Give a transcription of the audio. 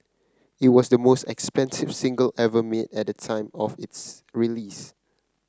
it was the most expensive single ever made at the time of its release